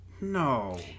no